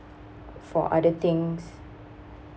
for other things